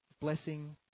blessing